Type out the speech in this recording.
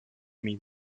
mít